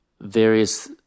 various